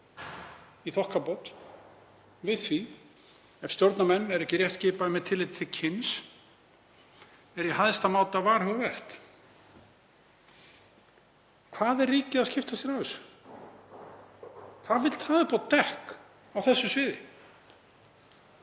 í þokkabót við því ef stjórnarmenn eru ekki rétt skipaðir með tilliti til kyns, er í hæsta máta varhugavert. Hvað er ríkið að skipta sér af þessu? Hvað vill það upp á dekk á þessu sviði?